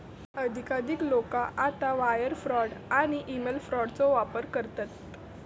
अधिकाधिक लोका आता वायर फ्रॉड आणि ईमेल फ्रॉडचो वापर करतत